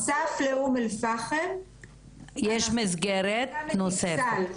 בנוסף לאום אל-פחם -- יש מסגרת נוספת.